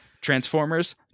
transformers